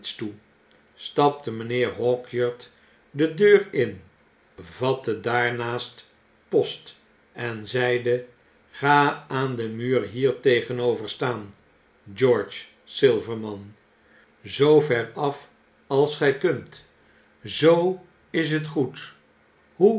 stapte mijnheer hawkyard de deur in vatte daarnaast post en zeide ga aan den muur hier tegenover staan george silverman zoo ver af als gy kunt zoo is het goed hoe